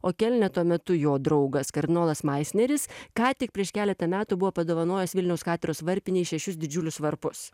o kelne tuo metu jo draugas kardinolas maisneris ką tik prieš keletą metų buvo padovanojęs vilniaus katros varpinei šešius didžiulius varpus